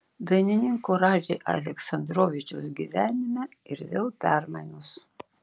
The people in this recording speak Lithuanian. dainininko radži aleksandrovičiaus gyvenime ir vėl permainos